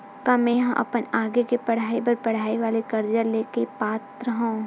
का मेंहा अपन आगे के पढई बर पढई वाले कर्जा ले के पात्र हव?